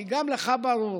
כי גם לך ברור,